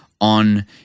on